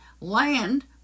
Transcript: Land